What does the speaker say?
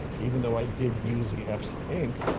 even though i did use the epson ink,